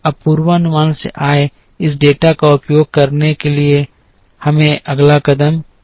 अब पूर्वानुमान से आए इस डेटा का उपयोग करने के लिए हमें अगला कदम क्या करना होगा